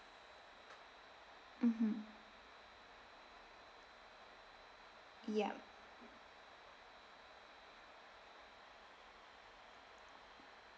mmhmm ya